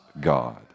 God